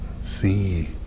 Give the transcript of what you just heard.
see